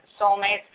soulmates